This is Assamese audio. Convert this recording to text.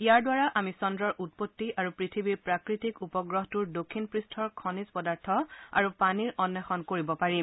ইয়াৰ দ্বাৰা আমি চন্দ্ৰৰ উৎপত্তি আৰু পৃথিৱীৰ প্ৰাকৃতিক উপগ্ৰহটোৰ দক্ষিণ পৃষ্ঠৰ খনিজ পদাৰ্থ আৰু পানীৰ অন্বেষণ কৰিব পাৰিম